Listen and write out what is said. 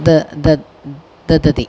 the दद् ददाति